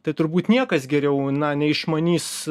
tai turbūt niekas geriau na neišmanys